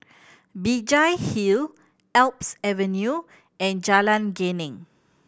Binjai Hill Alps Avenue and Jalan Geneng